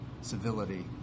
civility